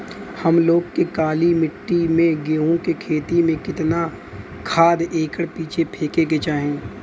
हम लोग के काली मिट्टी में गेहूँ के खेती में कितना खाद एकड़ पीछे फेके के चाही?